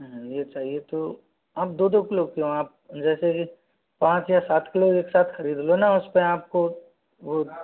ये चाहिए तो आप दो दो किलो क्यों आप जैसे कि पाँच या सात किलो एक साथ खरीद लो ना उसपे आपको वो